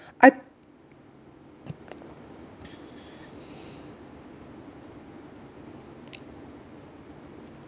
I